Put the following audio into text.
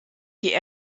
die